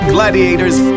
gladiators